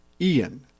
Ian